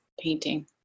painting